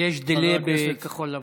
יש delay בכחול לבן.